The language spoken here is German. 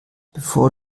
bevor